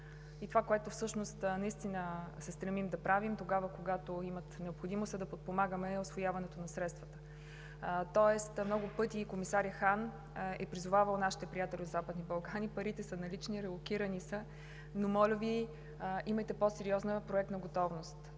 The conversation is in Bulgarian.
Това, към което всъщност наистина се стремим когато има необходимост, е да подпомагаме усвояването на средствата. Тоест много пъти комисарят Хан е призовавал нашите приятели от Западните Балкани – парите са налични, релокирани са, но, моля Ви, имайте по-сериозна проектна готовност.